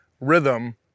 rhythm